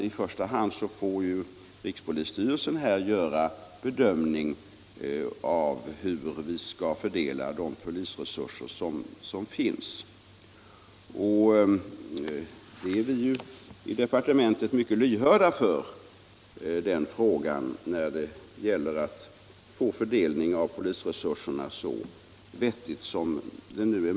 I första hand är det ändå rikspolisstyrelsen som får bedöma hur vi skall fördela de polisresurser som finns. Vi är i departementet mycket lyhörda på den punkten när det gäller att fördela polisens resurser så vettigt som möjligt.